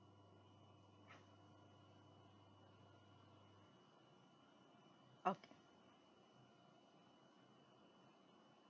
okay